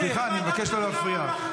סליחה, אני מבקש לא להפריע.